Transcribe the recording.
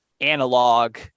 analog